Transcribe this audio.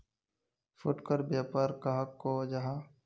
फुटकर व्यापार कहाक को जाहा?